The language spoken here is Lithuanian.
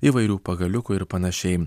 įvairių pagaliukų ir panašiai